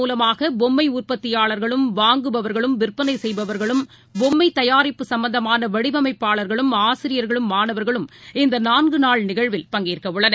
மூலமாகபொம்மைஉற்பத்தியாளா்களும் வாங்குபவா்களும் விற்பனைசெய்பவா்களும் வலைதலம் பொம்மைதயாிப்பு சம்பந்தமானவடிவமைப்பாளா்களும் ஆசிரியா்களும் மாணவா்களும் இந்தநான்குநாள் நிகழ்வில் பங்கேற்கவுள்ளனர்